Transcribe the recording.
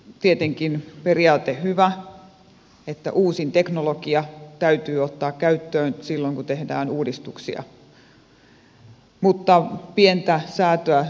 tietenkin on hyvä periaate että uusin teknologia täytyy ottaa käyttöön silloin kun tehdään uudistuksia mutta pientä säätöä